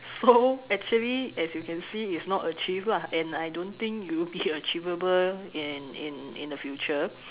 so actually as you can it's not achieved lah and I don't think it will be achievable in in in the future